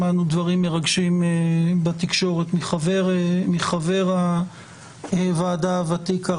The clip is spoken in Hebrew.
שמענו דברים מרגשים בתקשורת מחבר הוועדה הוותיק,